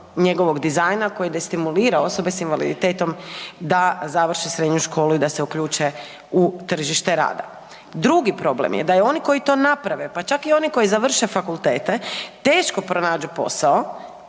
njegovog dizajna koji destimulira osobe s invaliditetom da završe srednju školu i da se uključe u tržište rada. Drugi problem je da oni koji to naprave, pa čak i oni koji završe fakultete teško pronađu posao